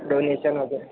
donation वगैरे